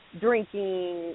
drinking